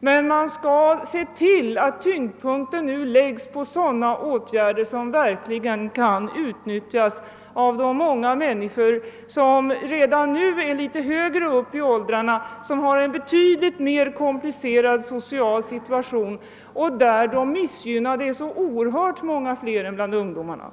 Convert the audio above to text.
Men man bör se till att tyngdpunkten nu läggs på åtgärder som verkligen kan utnyttjas av de många människor som befinner sig litet högre upp i åldrarna och i en betydligt mer komplicerad social situation. De missgynnade i denna grupp är oerhört många fler än i ungdomsgrupperna.